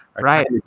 right